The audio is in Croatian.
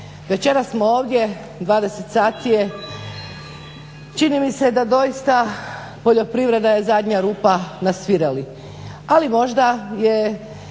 večeras smo ovdje, 20 sati je. Čini mi se, da doista poljoprivreda je zadnja rupa na svirali, ali možda je,